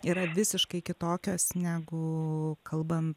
yra visiškai kitokios negu kalbant